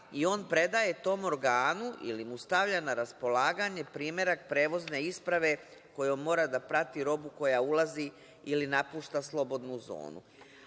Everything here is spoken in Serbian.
i on predaje tom organu, ili mu stavlja na raspolaganje primerak prevozne isprave kojom mora da prati robu koja ulazi ili napušta slobodnu zonu. Ali